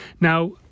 now